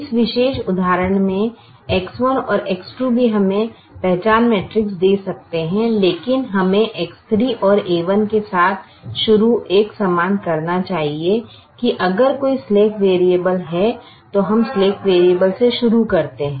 इस विशेष उदाहरण में X2 और a1 भी हमें पहचान मैट्रिक्स दे सकते हैं लेकिन हमे X3 और a1 के साथ संगत होना शुरू करना चाहिए कि अगर कोई स्लैक वेरिएबल है तो हम स्लैक वेरिएबल से शुरू करते हैं